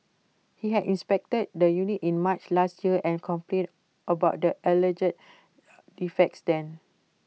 he had inspected the unit in March last year and complained about the alleged defects then